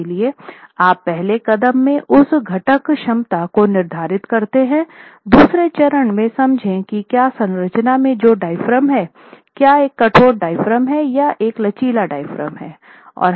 इसलिए आप पहले कदम में उस घटक क्षमता को निर्धारित करते हैं दूसरे चरण में समझें कि क्या संरचना में जो डायाफ्राम है क्या एक कठोर डायाफ्राम है या एक लचीला डायाफ्राम है